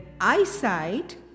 eyesight